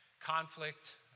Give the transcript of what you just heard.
conflict